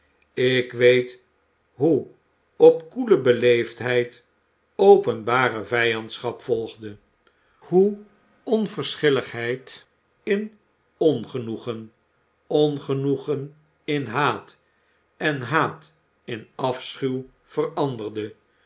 ik weet hoe op koele beleefdheid openbare vijandschap volgde hoe onverschilligheid in ongenoegen ongenoegen in haat en haat in afschuw veranderde